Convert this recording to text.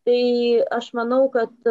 tai aš manau kad